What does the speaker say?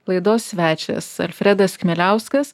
laidos svečias alfredas chmieliauskas